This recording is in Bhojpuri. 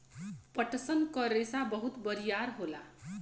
पटसन क रेसा बहुत बरियार होला